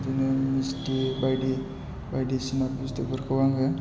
बिदिनो मिस्थि बायदि बायदिसिना बुस्थुफोरखौ आङो